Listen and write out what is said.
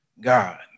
God